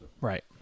Right